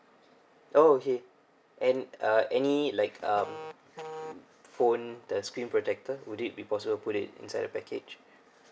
oh okay and uh any like uh phone the screen protector will it be possible put it inside the package